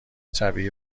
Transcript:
طبیعی